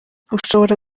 ushobora